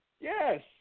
Yes